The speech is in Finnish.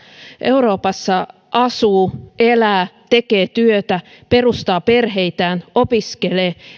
euroopassa asuu elää tekee työtä perustaa perheitään opiskelee